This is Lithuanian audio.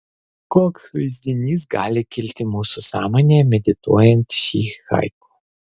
koks vaizdinys gali kilti mūsų sąmonėje medituojant šį haiku